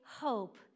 hope